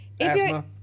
Asthma